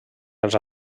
els